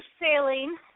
sailing